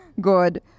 Good